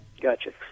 Gotcha